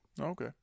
Okay